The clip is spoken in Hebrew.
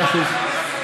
מאה אחוז.